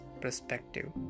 perspective